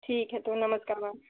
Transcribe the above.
ठीक है तो नमस्कार मैम